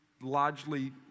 largely